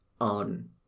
on